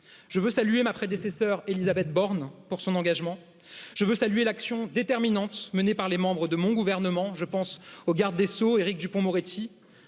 je veux saluer ma prédécesseure elisabeth borne pour son engagement je veux saluer l'action déterminante menée par les membres de mon gouvernement, je pense au garde des sceaux Éric Dupond Moretti,